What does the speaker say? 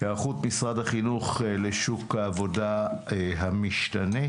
היערכות משרד החינוך לשוק העבודה המשתנה.